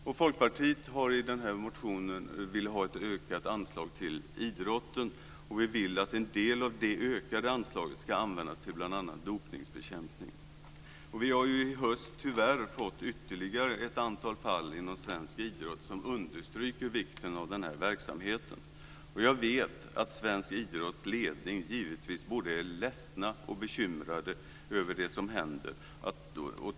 Vi i Folkpartiet vill i denna motion ha ett ökat anslag till idrotten, och vi vill att en del av det ökade anslaget ska användas till dopningsbekämpning. Vi har i höst tyvärr fått ytterligare ett antal fall inom svensk idrott som understryker vikten av denna verksamhet. Jag vet att svensk idrotts ledning både är ledsen och bekymrad över det som händer.